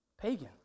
pagan